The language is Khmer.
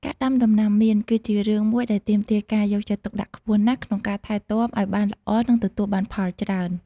ការដាំដំណាំមៀន គឺជារឿងមួយដែលទាមទារការយកចិត្តទុកដាក់ខ្ពស់ណាស់ក្នុងការថែទាំអោយបានល្អនិងទទួលបានផលច្រើន។